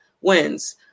wins